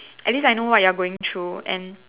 at least I know what you're going through and